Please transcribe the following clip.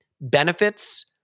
benefits